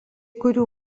kurių